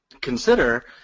consider